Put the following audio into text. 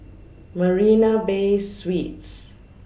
Marina Bay Suites